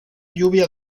lluvia